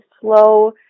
slow